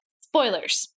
Spoilers